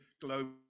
global